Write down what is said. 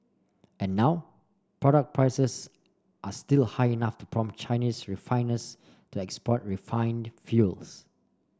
and now product prices are still high enough to prompt Chinese refiners to export refined fuels